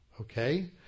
Okay